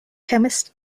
chemist